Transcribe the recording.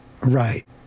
Right